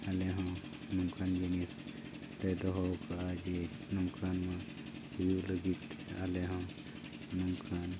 ᱟᱞᱮ ᱦᱚᱸ ᱱᱚᱝᱠᱟᱱ ᱡᱤᱱᱤᱥ ᱞᱮ ᱫᱚᱦᱚ ᱠᱟᱜᱼᱟ ᱡᱮ ᱱᱚᱝᱠᱟᱱᱟᱜ ᱦᱩᱭᱩᱜ ᱞᱟᱹᱜᱤᱫ ᱟᱞᱮ ᱦᱚᱸ ᱱᱚᱝᱠᱟᱱ